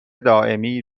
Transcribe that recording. دائمی